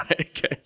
Okay